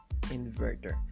inverter